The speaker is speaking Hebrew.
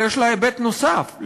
יש לה היבט נוסף,